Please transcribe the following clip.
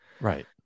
Right